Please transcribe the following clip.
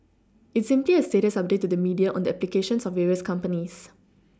it's simply a status update to the media on the applications of various companies